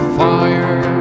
fire